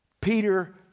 Peter